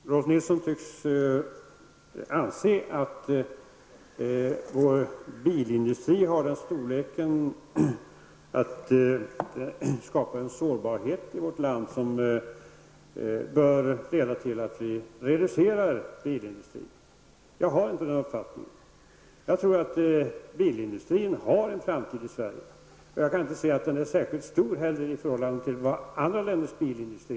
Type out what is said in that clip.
Herr talman! Rolf L Nilsson anser tydligen att Sveriges bilindustri är av den storleken att den skapar en sårbarhet i vårt land, som bör föranleda till att bilindustrin reduceras. Jag delar inte denna uppfattning. Jag tror att bilindustrin har en framtid i Sverige, och jag kan inte heller se att Sveriges bilindustri är särskilt stor i förhållande till andra länders bilindustri.